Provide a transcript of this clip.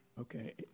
Okay